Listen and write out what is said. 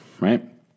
right